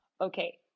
Okay